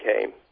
came